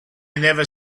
never